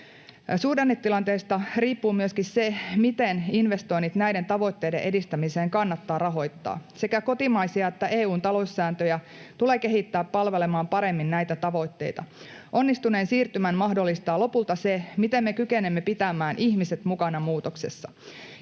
Suhdannetilanteesta riippuu myöskin se, miten investoinnit näiden tavoitteiden edistämiseen kannattaa rahoittaa. Sekä kotimaisia että EU:n taloussääntöjä tulee kehittää palvelemaan paremmin näitä tavoitteita. Onnistuneen siirtymän mahdollistaa lopulta se, miten me kykenemme pitämään ihmiset mukana muutoksessa.